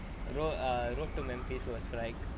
you know err wrote to memphis was like